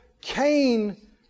Cain